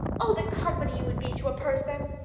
oh, the company you would be to a person!